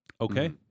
okay